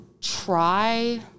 try